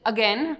Again